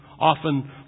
often